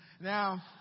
now